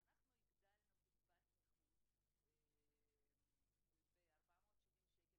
כשאנחנו הגדלנו את קצבת הנכות ב-470 ₪,